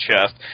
chest